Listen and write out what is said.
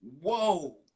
Whoa